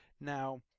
Now